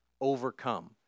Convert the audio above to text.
Overcome